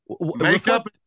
Makeup